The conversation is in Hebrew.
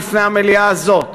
בפני המליאה הזאת,